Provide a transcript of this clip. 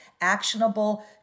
actionable